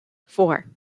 four